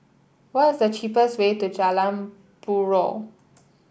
what is the cheapest way to Jalan Buroh